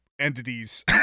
entities